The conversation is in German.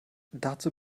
dazu